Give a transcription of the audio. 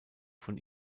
von